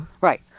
Right